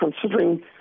considering